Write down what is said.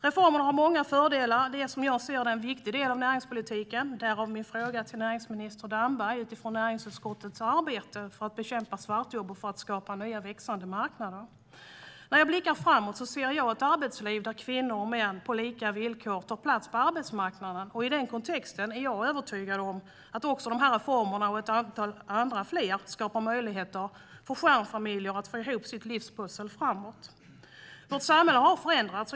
Reformerna har många fördelar. De är som jag ser det en viktig del av näringspolitiken, därav min fråga till näringsminister Damberg utifrån näringsutskottets arbete med att bekämpa svartjobb och för att skapa nya växande marknader. När jag blickar framåt ser jag ett arbetsliv där kvinnor och män på lika villkor tar plats på arbetsmarknaden. I den kontexten är jag övertygad om att också de här reformerna och ett antal fler skapar möjligheter för stjärnfamiljer att få ihop sitt livspussel. Vårt samhälle har förändrats.